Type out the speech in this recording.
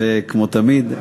כמו תמיד.